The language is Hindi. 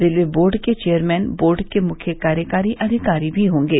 रेलवे बोर्ड के चेयरमैन बोर्ड के मुख्य कार्यकारी अधिकारी भी होंगे